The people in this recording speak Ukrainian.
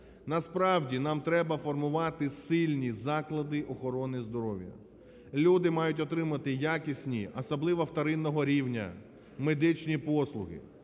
Насправді, нам треба формувати сильні заклади охорони здоров'я. Люди мають отримати якісні, особливо вторинного рівня, медичні послуги.